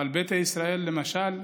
אבל בביתא ישראל, למשל,